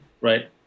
Right